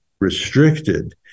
restricted